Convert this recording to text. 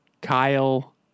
Kyle